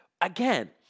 Again